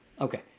Okay